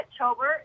October